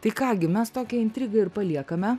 tai ką gi mes tokią intrigą ir paliekame